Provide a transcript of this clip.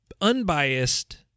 unbiased